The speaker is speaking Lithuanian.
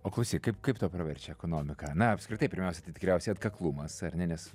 o klausyk kaip kaip tau praverčia ekonomika ar ne apskritai pirmiausia tai tikriausiai atkaklumas ar ne nes